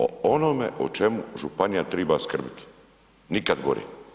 O onome o čemu županija triba skrbit nikad gore.